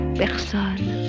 personne